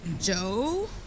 Joe